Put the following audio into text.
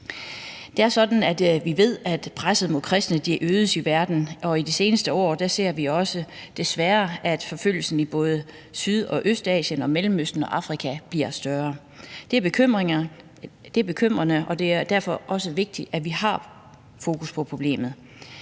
vi ved, at presset mod kristne i verden øges, og i de seneste år har vi desværre også set, at forfølgelsen i både Syd-og Østasien og Mellemøsten og Afrika bliver større. Det er bekymrende, og det er derfor også vigtigt, at vi har fokus på problemet.